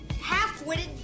half-witted